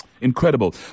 Incredible